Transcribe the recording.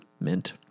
mint